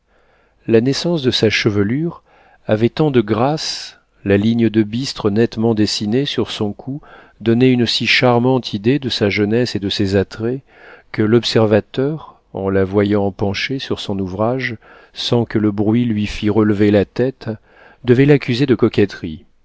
la naissance de sa chevelure avait tant de grâce la ligne de bistre nettement dessinée sur son cou donnait une si charmante idée de sa jeunesse et de ses attraits que l'observateur en la voyant penchée sur son ouvrage sans que le bruit lui fît relever la tête devait l'accuser de coquetterie